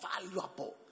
valuable